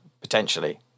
potentially